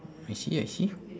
I see I see